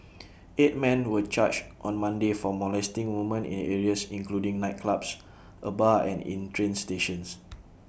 eight men were charged on Monday for molesting woman in areas including nightclubs A bar and in train stations